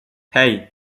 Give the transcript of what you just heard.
hey